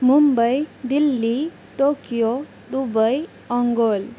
Mumbai Delhi Tokyo Dubai ᱚᱝᱜᱳᱞ